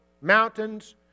mountains